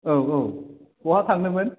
औ औ बहा थांनोमोनो